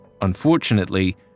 Unfortunately